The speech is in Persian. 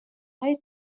های